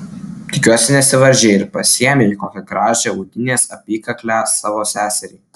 tikiuosi nesivaržei ir pasiėmei kokią gražią audinės apykaklę savo seseriai